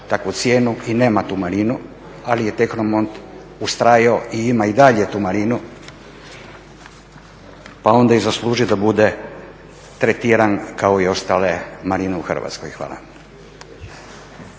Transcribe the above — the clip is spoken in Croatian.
takvu cijenu i nema tu marinu, ali je Technomont ustrajao i ima i dalje tu marinu pa onda i zaslužuje da bude tretiran kao i ostale marine u Hrvatskoj. Hvala.